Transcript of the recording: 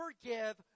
forgive